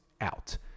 out